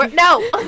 no